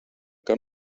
que